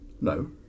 No